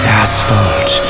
asphalt